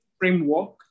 framework